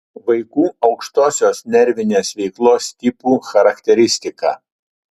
vaikų aukštosios nervinės veiklos tipų charakteristika